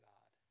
God